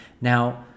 now